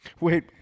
Wait